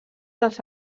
dels